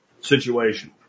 situation